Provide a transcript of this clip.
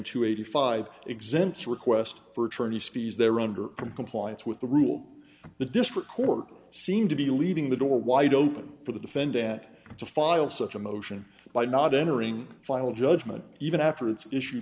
and eighty five exempts requests for attorneys fees they're under from compliance with the rule of the district court seemed to be leaving the door wide open for the defendant to file such a motion by not entering final judgment even after its issue